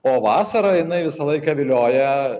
o vasarą jinai visą laiką vilioja